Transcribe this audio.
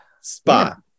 spot